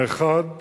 האחד,